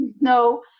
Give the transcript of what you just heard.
no